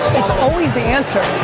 it's always the answer.